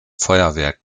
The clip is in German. feuerwerk